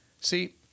See